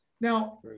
Now